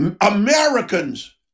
Americans